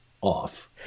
off